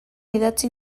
idatzi